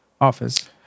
Office